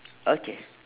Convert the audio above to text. okay